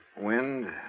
Wind